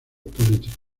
político